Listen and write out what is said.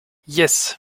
yes